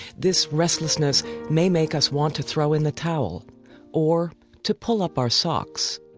this restlessness may make us want to throw in the towel or to pull up our socks.